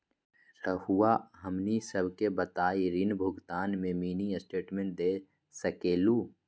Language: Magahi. रहुआ हमनी सबके बताइं ऋण भुगतान में मिनी स्टेटमेंट दे सकेलू?